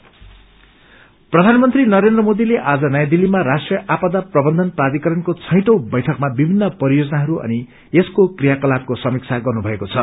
natural calamity प्रधानमंत्री नरेन्द्र मोदीले आज नयाँ दिल्लीामा राष्ट्रिय आपदा प्रबन्धन प्राथिकरणको छैटौं बैठकमा विभिन्न परियोजनाहरू अनि यसको क्रियाकलापको समीक्षा गर्नुभएको छ